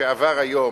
שעבר היום,